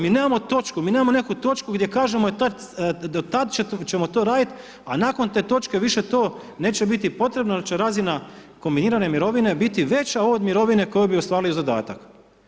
Mi nemamo točku, mi nemamo nekakvu točku gdje kažemo do tada ćemo to raditi a nakon te točke više to neće biti potrebno jer će razina kombinirane mirovine biti veća od mirovine koju bi ostvarili uz dodatak.